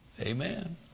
Amen